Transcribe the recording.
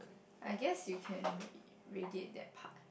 I guess you can r~ radiate that part